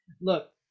look